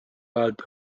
ajalt